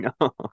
no